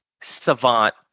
savant